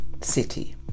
city